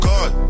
God